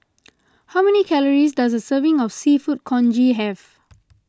how many calories does a serving of Seafood Congee have